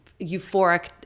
euphoric